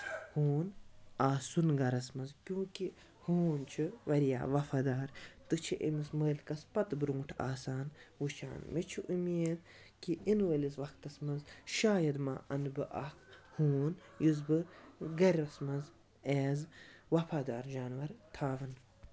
ہوٗن آسُن گرَس منٛز کیوں کہِ ہوٗن چھُ واریاہ وَفادار تہٕ چھُ أمِس مٲلکَس پَتہٕ برونٹھ آسان وُچھان مےٚ چھُ امید کہِ یِنہٕ وٲلِس وقتس منٛز شاید مہ اَنہٕ بہٕ اکھ ہوٗن یُس بہٕ گرس منٛز ایز وَفادار جانور تھون